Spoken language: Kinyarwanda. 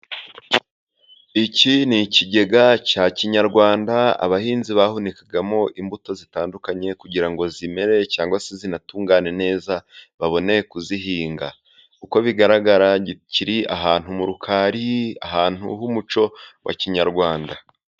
Iki ni ikigega cya kinyarwanda, abahinzi bahunikagamo imbuto zitandukanye, kugira ngo zimere cyangwa se zinatungane neza, babone kuzihinga. Uko bigaragara kiri ahantu mu rurukari, ahantu h'umuco wa kinyarwanda.